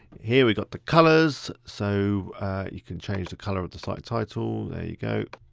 here, we've got the colours. so you can change the colour of the site title, there you go.